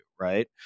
Right